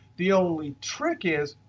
the only trick is,